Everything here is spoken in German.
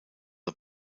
the